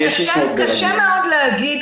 קשה מאוד להגיד.